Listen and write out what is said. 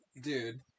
Dude